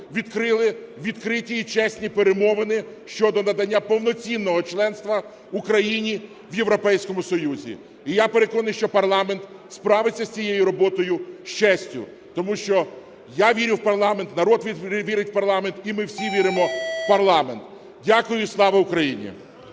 відкрили відкриті і чесні перемовини щодо надання повноцінного членства Україні в Європейському Союзі. І я переконаний, що парламент справиться з цією роботою з честю, тому що я вірю в парламент, народ вірить в парламент і ми всі віримо в парламент. Дякую. Слава Україні!